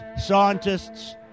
scientists